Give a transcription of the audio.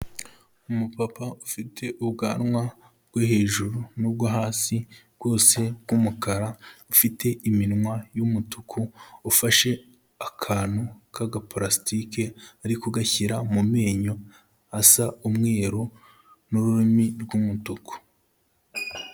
Umupapa ufite ubwanwa bwo hejuru n'ubwo hasi bwose bw'umukara, ufite iminwa y'umutuku ufashe akantu k'agaparasitike, ari kugashyira mu menyo asa umweru n'ururimi rw'umutuku.